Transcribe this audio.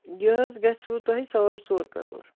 یہِ حظ گژھِوٕ تۄہہِ ساڑ ژور کَرور